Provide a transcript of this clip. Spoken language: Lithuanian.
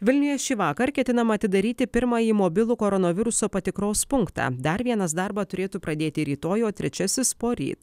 vilniuje šįvakar ketinama atidaryti pirmąjį mobilų koronaviruso patikros punktą dar vienas darbą turėtų pradėti rytoj o trečiasis poryt